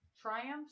triumphs